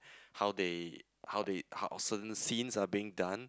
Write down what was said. how they how they how awesome scenes are being done